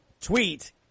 tweet